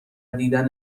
دیدن